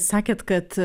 sakėt kad